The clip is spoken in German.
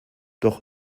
doch